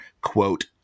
quote